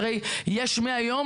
הרי יש מהיום,